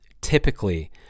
typically